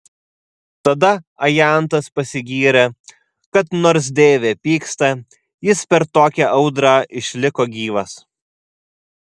tada ajantas pasigyrė kad nors deivė pyksta jis per tokią audrą išliko gyvas